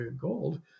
gold